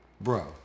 Bro